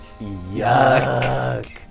yuck